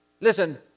Listen